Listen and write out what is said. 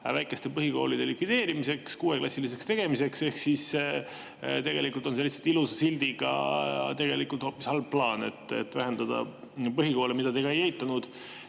väikeste põhikoolide likvideerimiseks, kuueklassiliseks tegemiseks. Ehk tegelikult on see lihtsalt ilusa sildiga halb plaan, et vähendada põhikoole, seda te ka ei eitanud.